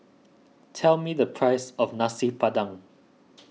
tell me the price of Nasi Padang